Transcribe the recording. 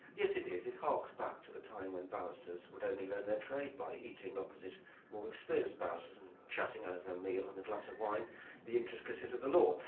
yes, it is, it harks back to the time when barristers would only learn their trade by eating opposite more experienced barristers, and chatting over a meal and a glass of wine the intricacies of the law.